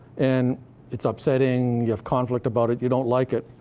and it's upsetting, you have conflict about it, you don't like it,